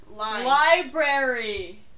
Library